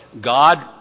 God